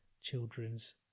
children's